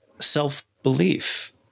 self-belief